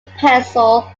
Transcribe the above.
pencil